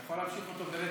אני יכול להמשיך אותו ברצף.